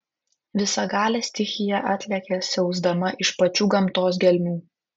visagalė stichija atlekia siausdama iš pačių gamtos gelmių